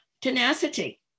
tenacity